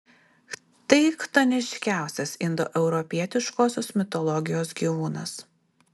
tai chtoniškiausias indoeuropietiškosios mitologijos gyvūnas